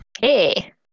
Hey